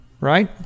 Right